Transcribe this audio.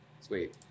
Sweet